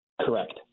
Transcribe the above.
Correct